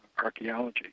archaeology